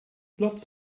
lots